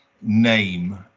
name